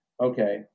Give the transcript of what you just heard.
okay